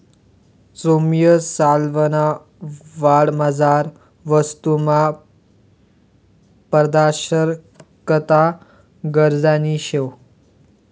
सौम्य चलनवाढमझार वस्तूसमा पारदर्शकता गरजनी शे